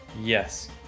Yes